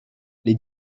les